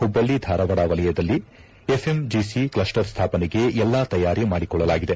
ಹುಬ್ಬಳ್ಳ ಧಾರವಾಡ ವಲಯದಲ್ಲಿ ಎಫ್ಎಂಜಿಸಿ ಕ್ಷಸ್ಸರ್ ಸ್ಥಾಪನೆಗೆ ಎಲ್ಲಾ ತಯಾರಿ ಮಾಡಿಕೊಳ್ಳಲಾಗಿದೆ